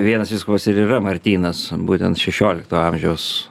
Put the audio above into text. vienas vyskupas ir yra martynas būtent šešiolikto amžiaus